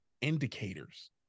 indicators